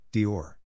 Dior